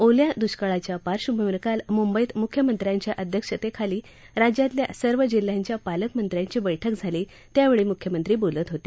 ओल्या दुष्काळाच्या पार्श्वभूमीवर काल मुंबईत मुख्यमंत्र्यांच्या अध्यक्षतेखाली राज्यातल्या सर्व जिल्ह्यांच्या पालकमंत्र्यांची बैठक झाली त्यावेळी मुख्यमंत्री बोलत होते